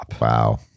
Wow